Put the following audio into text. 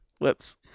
whoops